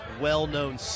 well-known